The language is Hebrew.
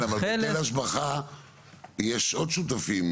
כן, אבל היטל השבחה יש עוד שותפים.